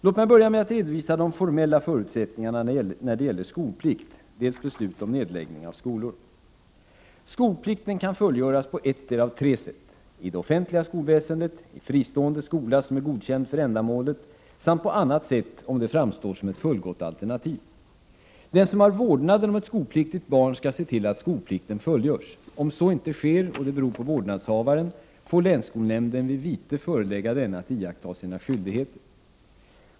Låt mig börja med att redovisa de formella förutsättningarna när det gäller dels skolplikt, dels beslut om nedläggning av skolor. Skolplikten kan fullgöras på ettdera av tre sätt. I det offentliga skolväsendet, i fristående skola som är godkänd för ändamålet samt på annat sätt om det framstår som ett fullgott alternativ. Den som har vårdnaden om ett skolpliktigt barn skall se till att skolplikten fullgörs. Om så inte sker och det beror på vårdnadshavaren får länsskolnämnden vid vite förelägga denne att iaktta sina skyldigheter.